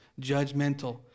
judgmental